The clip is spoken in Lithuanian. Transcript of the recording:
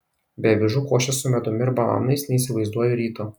be avižų košės su medumi ir bananais neįsivaizduoju ryto